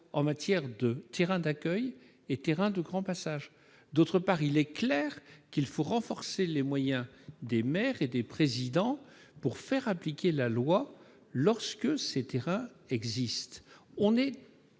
en matière de terrains d'accueil et de terrains de grand passage. Par ailleurs, il est clair qu'il faut renforcer les moyens des maires et des présidents d'intercommunalité pour faire appliquer la loi lorsque ces terrains existent. Nous